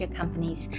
companies